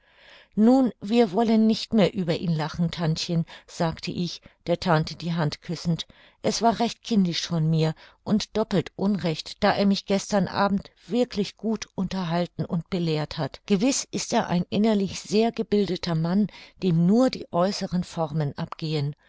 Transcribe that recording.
nun wir wollen nicht mehr über ihn lachen tantchen sagte ich der tante die hand küssend es war recht kindisch von mir und doppelt unrecht da er mich gestern abend wirklich gut unterhalten und belehrt hat gewiß ist er ein innerlich sehr gebildeter mann dem nur die äußeren formen abgehen